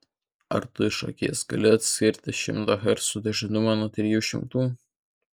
ar tu iš akies gali atskirti šimto hercų dažnumą nuo trijų šimtų